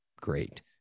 great